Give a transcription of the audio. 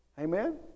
Amen